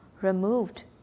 removed